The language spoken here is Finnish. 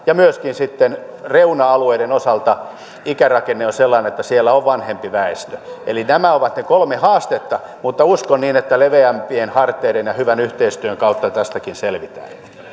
ja myöskin sitten reuna alueiden osalta ikärakenne on sellainen että siellä on vanhempi väestö eli nämä ovat ne kolme haastetta mutta uskon niin että leveämpien harteiden ja hyvän yhteistyön kautta tästäkin selvitään